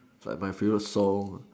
it's like my favorite song